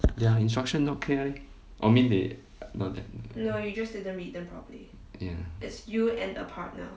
their instruction not clear leh or you mean they not th~ ya